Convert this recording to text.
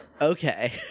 okay